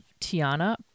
Tiana